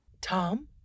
Tom